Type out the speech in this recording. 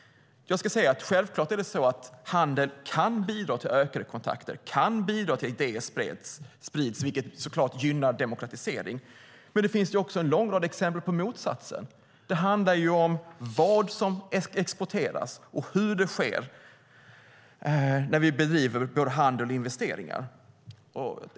Handel kan självfallet bidra till ökade kontakter och till att idéer sprids. Det gynnar så klart demokratisering, men det finns också en lång rad exempel på motsatsen. Det handlar om vad som exporteras och hur det sker när vi bedriver handel och gör investeringar.